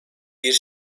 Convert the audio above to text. bir